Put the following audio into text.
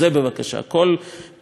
כל פתרון אחר.